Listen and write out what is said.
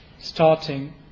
starting